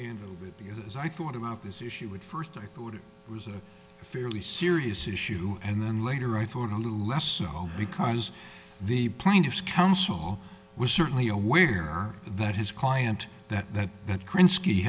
years i thought about this issue with first i thought it was a fairly serious issue and then later i thought a little less because the plaintiff's counsel was certainly aware that his client that that that